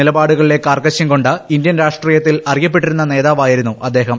നിലപാടുകളിലെ കാർക്കശ്യം കൊ ് ഇന്ത്യൻ രാഷ്ട്രീയത്തിൽ അറിയപ്പെട്ടിരുന്ന നേതാവായിരുന്ന അദ്ദേഹം